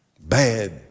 bad